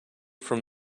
from